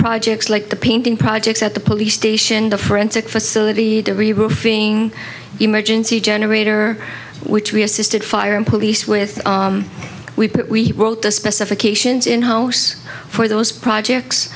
projects like the painting projects at the police station the forensic facility that we were fleeing emergency generator which we assisted fire and police with we but we were at the specifications in house for those projects